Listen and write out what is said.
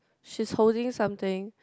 she's holding something